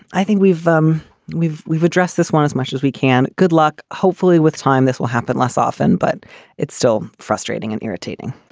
i think we've um we've we've addressed this one as much as we can. good luck. hopefully with time this will happen less often, but it's still frustrating and irritating.